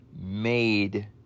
made